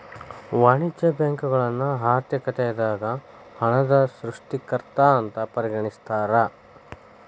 ವಾಣಿಜ್ಯ ಬ್ಯಾಂಕುಗಳನ್ನ ಆರ್ಥಿಕತೆದಾಗ ಹಣದ ಸೃಷ್ಟಿಕರ್ತ ಅಂತ ಪರಿಗಣಿಸ್ತಾರ